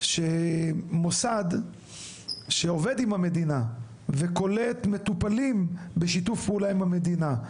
שמוסד שעובד עם המדינה וקולט מטופלים בשיתוף פעולה עם המדינה,